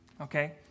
Okay